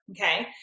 Okay